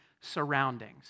surroundings